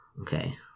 okay